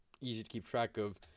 easy-to-keep-track-of